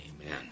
Amen